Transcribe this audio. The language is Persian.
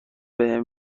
بهم